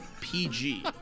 PG